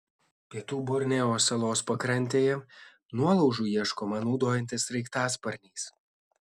pietų borneo salos pakrantėje nuolaužų ieškoma naudojantis sraigtasparniais